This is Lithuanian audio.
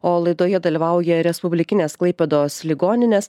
o laidoje dalyvauja respublikinės klaipėdos ligoninės